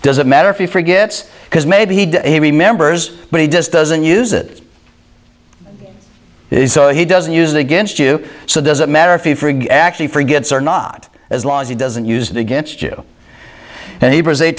does it matter if you forgets because maybe he did he remembers but he just doesn't use it he doesn't use it against you so doesn't matter if you actually forgets or not as long as he doesn't use it against you and he was